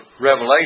Revelation